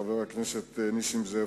חבר הכנסת נסים זאב.